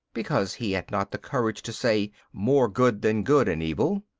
because he had not the courage to say, more good than good and evil,